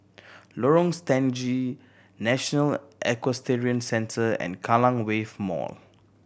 Lorong Stangee National Equestrian Centre and Kallang Wave Mall